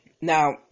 Now